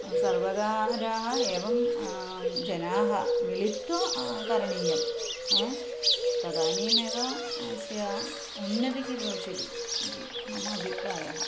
सर्वकारः एवं जनाः मिलित्वा करणीयं तदानीमेव अस्य उन्नतिः भविष्यति इति मम अभिप्रायः